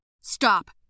Stop